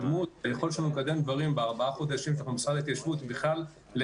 היכולת שלנו לקדם דברים בארבעת החודשים שאנחנו במשרד ההתיישבות היא לאין